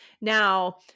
Now